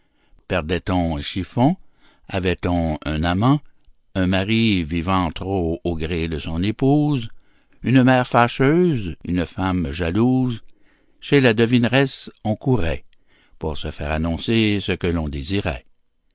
perdait-on un chiffon avait-on un amant un mari vivant trop au gré de son épouse une mère fâcheuse une femme jalouse chez la devineuse on courait pour se faire annoncer ce que l'on désirait